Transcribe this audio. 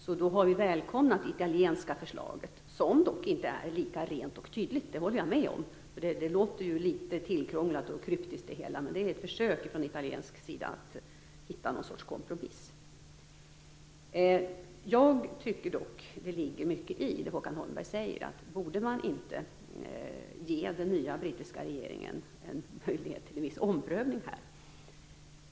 Därför har vi välkomnat det italienska förslaget, som dock inte är lika rent och tydligt. Det håller jag med om. Det låter ju litet tillkrånglat och kryptiskt det hela, men det är ett försök från italiensk sida att hitta någon sorts kompromiss. Jag tycker dock att det ligger mycket i det som Håkan Holmberg säger om att man borde ge den nya brittiska regeringen en möjlighet till en viss omprövning i det här fallet.